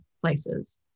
places